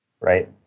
right